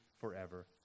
forever